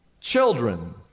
Children